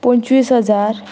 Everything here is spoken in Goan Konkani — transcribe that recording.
पंचवीस हजार